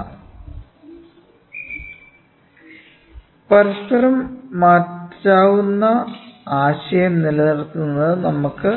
അതിനാൽ പരസ്പരം മാറ്റാവുന്ന ആശയം നിലനിർത്തുന്നതിന് നമുക്ക്